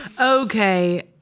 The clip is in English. Okay